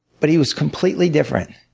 but he was completely different.